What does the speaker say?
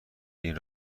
این